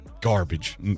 Garbage